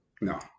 No